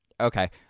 Okay